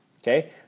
okay